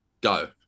go